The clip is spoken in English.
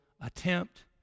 attempt